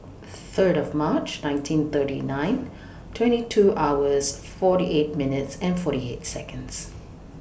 Third of March nineteen thirty nine twenty two hours forty eight minutes and forty eight Seconds